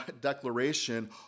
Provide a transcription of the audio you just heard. declaration